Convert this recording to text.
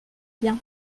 bien